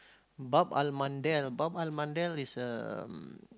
Bab-el-Mandeb Bab-el-Mandeb is a um